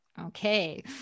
Okay